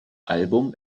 album